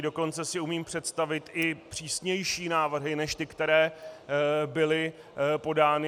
Dokonce si umím představit i přísnější návrhy než ty, které byly podány.